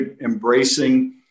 embracing